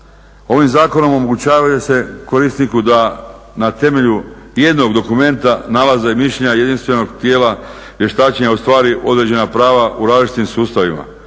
Ovim zakonom omogućava se korisniku da na temelju jednog dokumenta, nalaza i mišljenja jedinstvenog tijela vještačenja ostvari određena prava u različitim sustavima